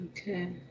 okay